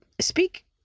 speak